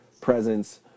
presence